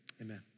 amen